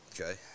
Okay